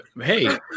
hey